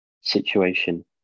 situation